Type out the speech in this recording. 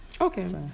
Okay